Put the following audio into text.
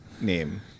name